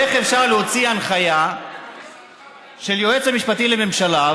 איך אפשר להוציא הנחיה של היועץ המשפטי לממשלה,